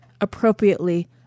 appropriately